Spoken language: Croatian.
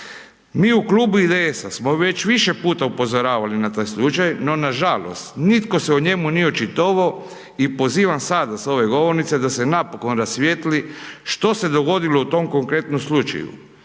Mi u Klubu IDS-a smo već više puta upozoravali na taj slučaj, no nažalost, nitko se o njemu nije očitovao i pozivan sada s ove govornice, da se napokon rasvijetli što se dogodilo u tom konkretnom slučaju?